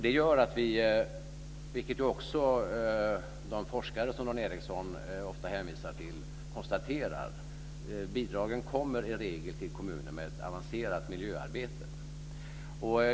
Det gör att bidragen, vilket också de forskare som Dan Ericsson ofta hänvisar till konstaterar, i regel kommer till kommuner med ett avancerat miljöarbete.